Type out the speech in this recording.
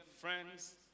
friends